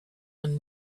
een